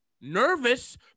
Nervous